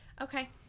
okay